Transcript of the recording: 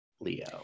Leo